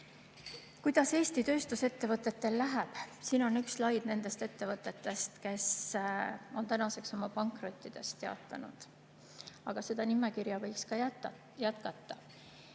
Kuidas Eesti tööstusettevõtetel läheb? Siin on üks slaid nendest ettevõtetest, kes on tänaseks oma pankrottidest teatanud. Aga seda nimekirja võiks jätkata.